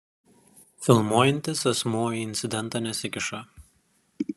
filmuojantis asmuo į incidentą nesikiša